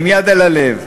עם יד על הלב,